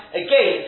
again